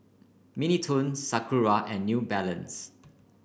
Mini Toons Sakura and New Balance